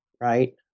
right